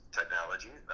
technology